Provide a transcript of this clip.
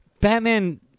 Batman